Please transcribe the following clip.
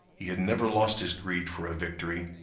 he had never lost his greed for a victory,